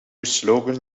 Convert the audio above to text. slogan